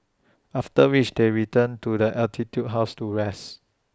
after which they return to the altitude house to rest